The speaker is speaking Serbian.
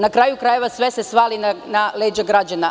Na kraju krajeva, sve se svali na leđa građana.